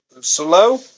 slow